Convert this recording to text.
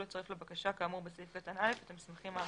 לצרף לבקשה כאמור בסעיף קטן (א) את המסמכים האמורים.